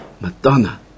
Madonna